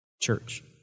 church